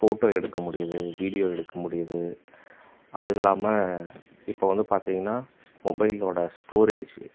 photo எடுக்க முடியுது video எடுக்க முடியுது அதுவும் இல்லாமல் இப்போது வந்து பார்த்தீங்கன்னா மொபைல் ஓட ஸ்டோரேஜு